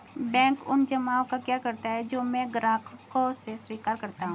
Bank उन जमाव का क्या करता है जो मैं ग्राहकों से स्वीकार करता हूँ?